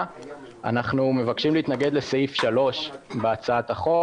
אנחנו מבקשים להתנגד לסעיף 3 בהצעת החוק.